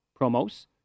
promos